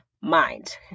Mind